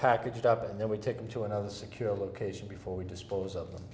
packaged up and they were taken to another secure location before we dispose of them